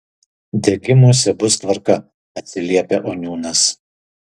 degimuose bus tvarka atsiliepia oniūnas